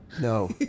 No